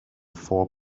four